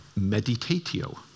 meditatio